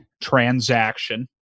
transaction